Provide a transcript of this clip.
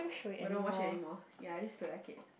but don't watch anymore yea I just select it